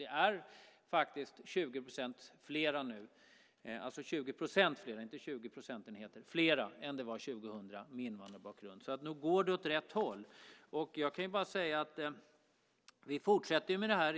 Det är faktiskt 20 %, inte 20 procentenheter, fler nu än det var år 2000 med invandrarbakgrund. Så nog går det åt rätt håll. Jag kan bara säga att vi fortsätter med det här.